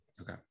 Okay